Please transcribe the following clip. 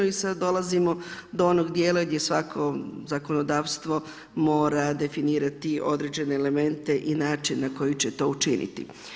I sada dolazimo do onog dijela gdje svako zakonodavstvo mora definirati određene elemente i način na koji će to učiniti.